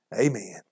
amen